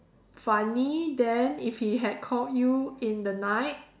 funny then if he had called you in the night